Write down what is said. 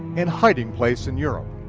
and hiding place in europe.